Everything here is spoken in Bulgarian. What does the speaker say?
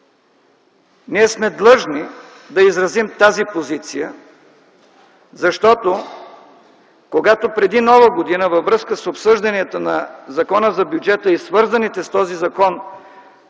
Ние сме длъжни да изразим тази позиция, защото когато преди Нова година във връзка с обсъжданията на Закона за бюджета и свързаните с този закон